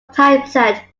typeset